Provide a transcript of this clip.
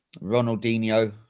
Ronaldinho